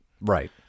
Right